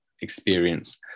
experience